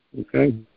Okay